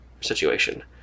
situation